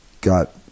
got